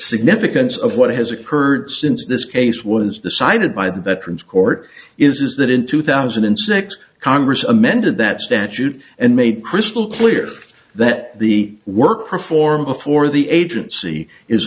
significance of what has occurred since this case was decided by the veterans court is that in two thousand and six congress amended that statute and made crystal clear that the work performed before the agency is